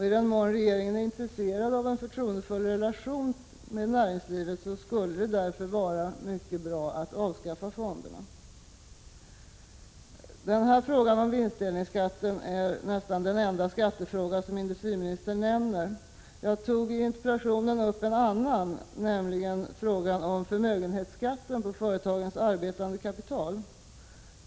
I den mån regeringen är intresserad av en förtroendefull relation till näringslivet skulle det därför vara mycket bra om man avskaffade fonderna. Frågan om vinstdelningsskatten är nästan den enda skattefråga som industriministern nämner. Jag tog i interpellationen upp en annan, nämligen frågan om förmögenhetsskatten på företagens arbetande kapital.